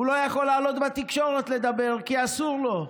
הוא לא יכול לעלות בתקשורת לדבר, כי אסור לו.